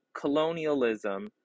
colonialism